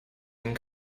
and